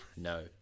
No